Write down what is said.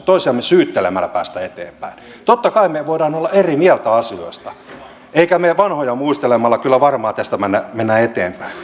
toisiamme syyttelemällä pääse eteenpäin totta kai me voimme olla eri mieltä asioista eikä vanhoja muistelemalla kyllä varmaan tästä mennä eteenpäin